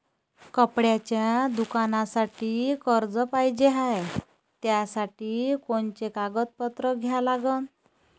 कपड्याच्या दुकानासाठी कर्ज पाहिजे हाय, त्यासाठी कोनचे कागदपत्र द्या लागन?